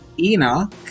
Enoch